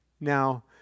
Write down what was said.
Now